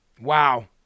Wow